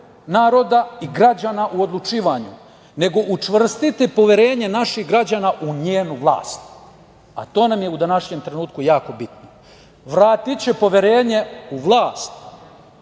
naroda i građana u odlučivanju, nego učvrstiti poverenje naših građana u njenu vlast, a to nam je u današnjem trenutku jako bitno. Vratiće poverenje u vlast.